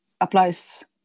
applies